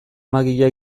magia